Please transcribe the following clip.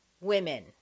women